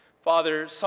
Father